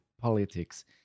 politics